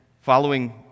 following